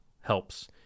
helps